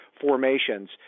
formations